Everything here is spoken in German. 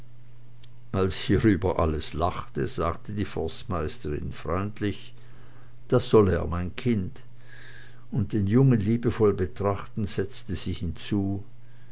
als hierüber alles lachte sagte die forstmeisterin freundlich das soll er mein kind und den jungen liebevoll betrachtend setzte sie hinzu